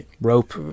rope